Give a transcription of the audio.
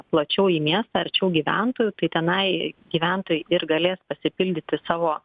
plačiau į miestą arčiau gyventojų tai tenai gyventojai ir galės pasipildyti savo